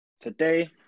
Today